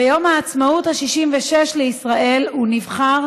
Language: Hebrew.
ביום העצמאות ה-66 לישראל הוא נבחר,